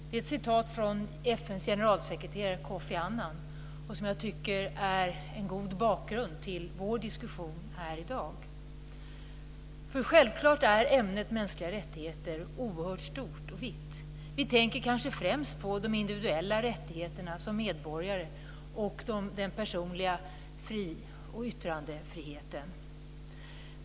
Det är ett citat från FN:s generalsekreterare Kofi Annan som jag tycker är en god bakgrund till vår diskussion här i dag. Självklart är ämnet mänskliga rättigheter oerhört stort och vitt. Vi tänker kanske främst på de individuella rättigheterna som medborgare och den personliga friheten och yttrandefriheten.